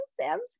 Sam's